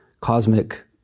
Cosmic